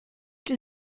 czy